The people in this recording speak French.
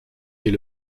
est